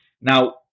Now